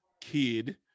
kid